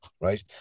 right